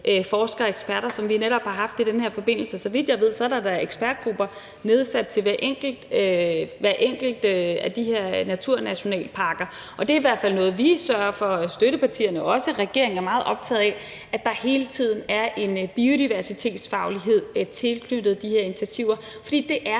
forskere og eksperter, som vi netop har haft i den her forbindelse. Så vidt jeg ved, er der da ekspertgrupper knyttet til hver enkelt af de her naturnationalparker. Det er i hvert fald noget, som vi sørger for, og som regeringen og støttepartierne er meget optaget af, altså at der hele tiden er en biodiversitetsfaglighed tilknyttet de her initiativer, for det er